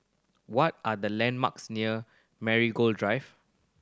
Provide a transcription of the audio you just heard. what are the landmarks near Marigold Drive